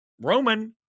Roman –